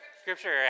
scripture